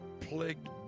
plagued